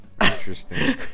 Interesting